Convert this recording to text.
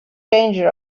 danger